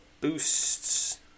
boosts